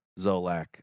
zolak